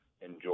enjoy